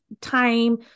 time